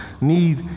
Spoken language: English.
need